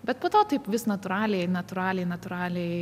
bet po to taip vis natūraliai natūraliai natūraliai